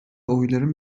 oyların